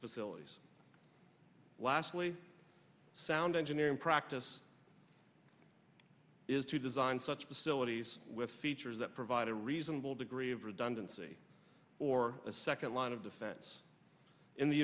facilities lastly sound engineering practice is to design such facilities with features that provide a reasonable degree of redundancy or a second line of defense in the